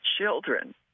children